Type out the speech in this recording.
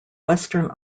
western